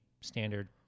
standard